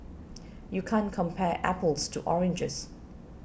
you can't compare apples to oranges